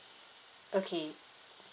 okay